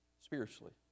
spiritually